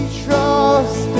trust